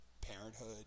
Parenthood